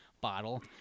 bottle